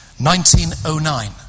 1909